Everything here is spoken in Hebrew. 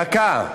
רק דקה.